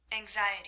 anxiety